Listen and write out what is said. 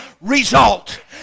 result